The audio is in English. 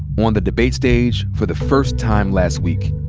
on the debate stage for the first time last week.